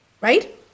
Right